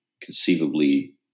conceivably